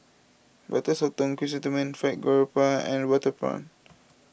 Butter Sotong Chrysanthemum Fried Garoupa and water prawn